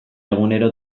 egunero